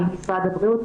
האם משרד הבריאות,